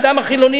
האדם החילוני,